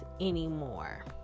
anymore